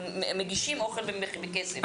מגישים אוכל בכסף.